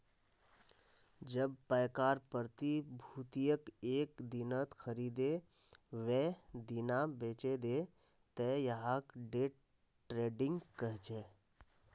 जब पैकार प्रतिभूतियक एक दिनत खरीदे वेय दिना बेचे दे त यहाक डे ट्रेडिंग कह छे